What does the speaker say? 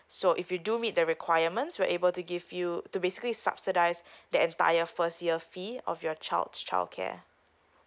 so if you do meet the requirements we're able to give you to basically subsidise the entire first year fee of your child to childcare